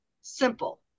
simple